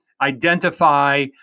identify